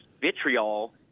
vitriol